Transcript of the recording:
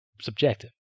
subjective